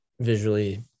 Visually